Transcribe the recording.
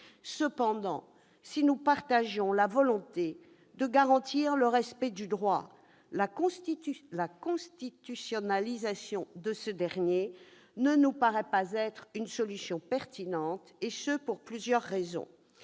Cependant, si nous partageons la volonté de garantir le respect du droit à l'IVG, la constitutionnalisation de ce dernier ne nous paraît pas une solution pertinente, et ce pour plusieurs raisons.